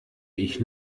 ich